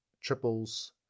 triples